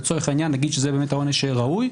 לצורך העניין נגיד שזה באמת העונש שראוי,